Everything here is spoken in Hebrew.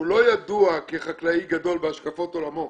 שלא ידוע כחקלאי גדול בהשקפות עולמו,